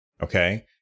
Okay